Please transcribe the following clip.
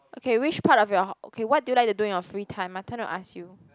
okay which part of your okay what you do like to do in your free time my turn to ask you